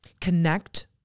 connect